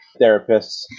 therapists